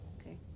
Okay